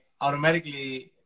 automatically